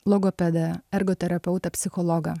logopedą ergoterapeutą psichologą